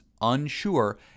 unsure